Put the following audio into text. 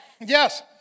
Yes